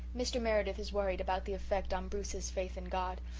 mr. meredith is worried about the effect on bruce's faith in god,